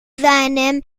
seinem